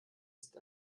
ist